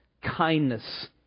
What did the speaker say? kindness